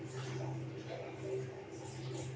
వరి పంటలో top dressing స్టేజిలో యూరియా ఎంత వెయ్యాలి?